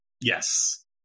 Yes